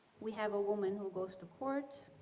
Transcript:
we have a woman who goes to court